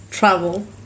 Travel